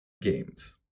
games